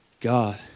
God